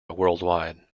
worldwide